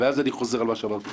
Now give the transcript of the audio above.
ואז אני חוזר על מה שאמרתי קודם: